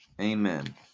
Amen